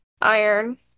Iron